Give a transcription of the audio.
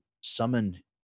summon